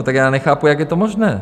Tak já nechápu, jak je to možné.